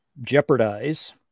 jeopardize